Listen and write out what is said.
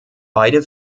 beide